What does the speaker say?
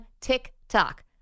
TikTok